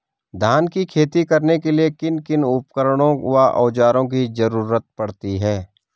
धान की खेती करने के लिए किन किन उपकरणों व औज़ारों की जरूरत पड़ती है?